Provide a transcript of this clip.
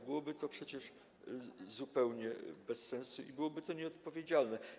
Byłoby to przecież zupełnie bez sensu i byłoby to nieodpowiedzialne.